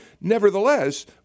Nevertheless